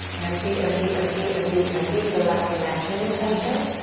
empty, empty, empty, empty, empty. feel that connection in center.